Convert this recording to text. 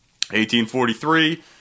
1843